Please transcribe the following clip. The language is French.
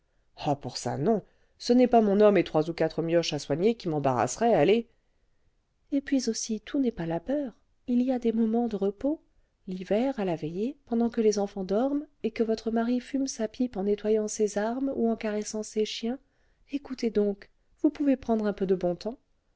oh pour ça non ce n'est pas mon homme et trois ou quatre mioches à soigner qui m'embarrasseraient allez et puis aussi tout n'est pas labeur il y a des moments de repos l'hiver à la veillée pendant que les enfants dorment et que votre mari fume sa pipe en nettoyant ses armes ou en caressant ses chiens écoutez donc vous pouvez prendre un peu de bon temps